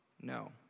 no